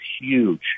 huge